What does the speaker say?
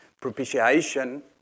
Propitiation